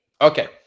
Okay